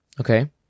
Okay